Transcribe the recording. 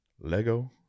Lego